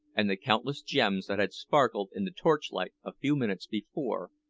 and the countless gems that had sparkled in the torchlight a few minutes before,